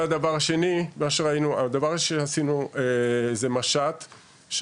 הדבר השני שעשינו זה משט,